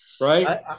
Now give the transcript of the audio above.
right